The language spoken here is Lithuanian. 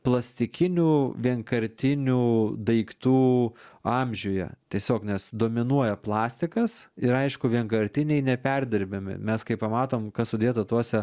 plastikinių vienkartinių daiktų amžiuje tiesiog nes dominuoja plastikas ir aišku vienkartiniai neperdirbami mes kai pamatom kas sudėta tuose